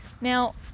Now